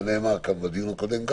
זה נאמר גם בדיון הקודם,